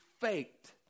faked